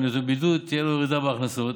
היותו בבידוד תהיה לו ירידה בהכנסות,